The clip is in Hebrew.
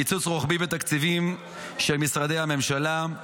קיצוץ רוחבי בתקציבים של משרדי הממשלה,